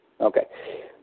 Okay